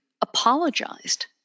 apologized